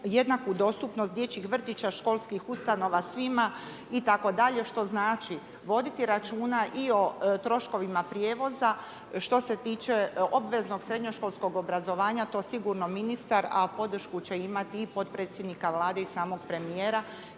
jednaku dostupnost dječjih vrtića, školskih ustanova svima itd. što znači voditi računa i o troškovima prijevoza. Što se tiče obveznog srednjoškolskog obrazovanja to sigurno ministar, a podršku će imati i potpredsjednika Vlade i samog premijera